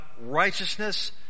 righteousness